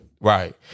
Right